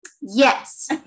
Yes